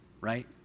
right